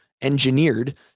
engineered